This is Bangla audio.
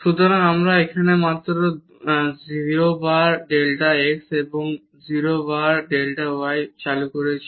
সুতরাং আমরা এখানে মাত্র 0 বার ডেল্টা এক্স এবং 0 বার ডেল্টা ওয়াই চালু করেছি